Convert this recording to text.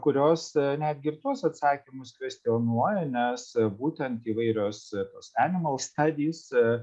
kurios netgi ir tuos atsakymus kvestionuoja nes būtent įvairios tos enimal stadys